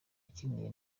akiniye